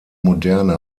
moderne